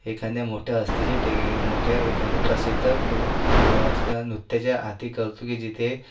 एखाद्या मोठ्या हस्तीच्यासाठी मोठ्या एखाद्या प्रसिध्द गृ गृहाच्या नुकत्याच्या आर्थिक गरजू जिथे